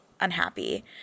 unhappy